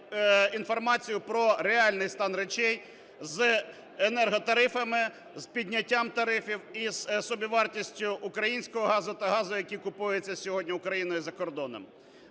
інформацію про реальний стан речей з енерготарифами, з підняттям тарифів і з собівартістю українського газу та газу, який купується сьогодні Україною за кордоном.